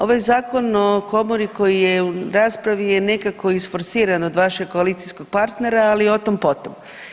Ovaj zakon o komori koji je u raspravi je nekako isforsiran od vašeg koalicijskog partnera, ali o tom potom.